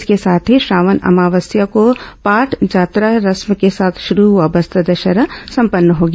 इसके साथ ही श्रावण अमावस्या को पाटजात्रा रस्म के साथ शुरू हुआ बस्तर दशहरा संपन्न हो गया